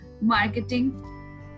marketing